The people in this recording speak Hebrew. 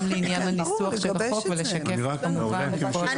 לעניין הניסוח של החוק ולשקף כמובן את החוק.